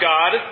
God